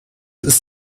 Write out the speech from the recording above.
ist